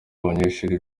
abanyeshuri